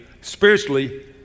spiritually